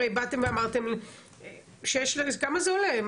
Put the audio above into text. הרי באתם ואמרתם כמה זה עולה,